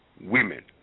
women